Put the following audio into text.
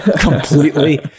completely